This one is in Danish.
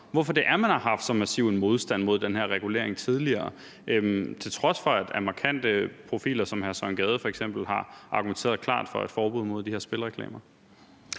hvorfor det er, man har haft så massiv en modstand mod den her regulering tidligere, til trods for at markante profiler som hr. Søren Gade f.eks. har argumenteret klart for et forbud mod de her spilreklamer.